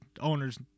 owner's